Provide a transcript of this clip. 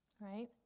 right